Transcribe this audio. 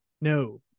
no